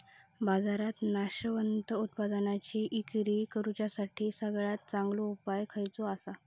बाजारात नाशवंत उत्पादनांची इक्री करुच्यासाठी सगळ्यात चांगलो उपाय खयचो आसा?